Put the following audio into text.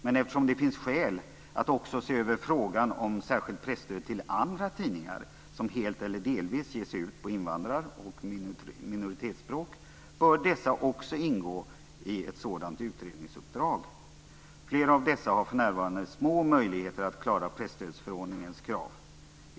Men eftersom det finns skäl att också se över frågan om särskilt presstöd till andra tidningar som helt eller delvis ges ut på invandrar och minoritetsspråk bör dessa också ingå i ett sådant utredningsuppdrag. Flera av dessa har för närvarande små möjligheter att klara presstödsförordningens krav.